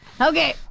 Okay